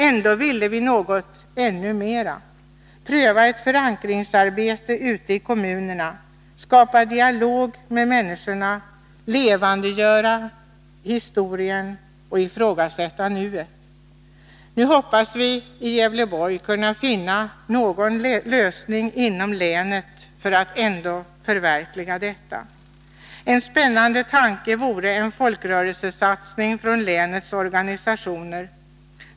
Ändå ville vi något mera: Pröva ett förankringsarbete ute i kommunerna, skapa dialog med människorna, levandegöra historien och ifrågasätta nuet. Nu hoppas vi i Gävleborg att kunna finna någon lösning inom länet för att ändå förverkliga detta. En spännande tanke vore en folkrörelsesatsning från länets organisationer.